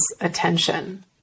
attention